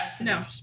No